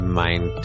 mind